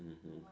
mmhmm